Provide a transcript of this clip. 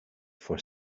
for